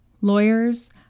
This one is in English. lawyers